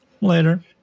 Later